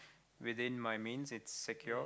within my means it's secure